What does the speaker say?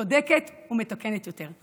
צודקת ומתוקנת יותר.